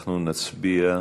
אנחנו נצביע.